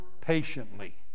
patiently